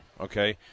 Okay